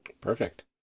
Perfect